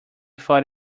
thought